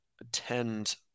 attend